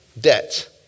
debt